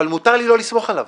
אבל מותר לי לא לסמוך עליו.